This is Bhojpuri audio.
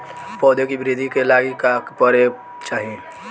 पौधों की वृद्धि के लागी का करे के चाहीं?